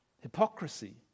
hypocrisy